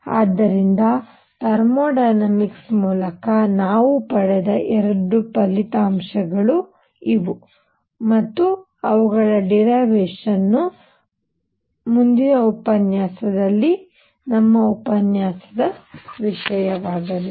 ಆದ್ದರಿಂದ thermodynamics ಮೂಲಕ ನಾವು ಪಡೆದ ಎರಡು ಫಲಿತಾಂಶಗಳು ಇವು ಮತ್ತು ಅವುಗಳ ಡೇರಿವೆಶನ್ ಮುಂದಿನ ಉಪನ್ಯಾಸದಲ್ಲಿ ನಮ್ಮ ಉಪನ್ಯಾಸದ ವಿಷಯವಾಗಲಿದೆ